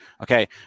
Okay